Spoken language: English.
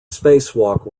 spacewalk